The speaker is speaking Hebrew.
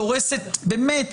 דורסת באמת